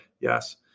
Yes